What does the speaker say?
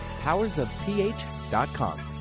powersofph.com